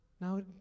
Now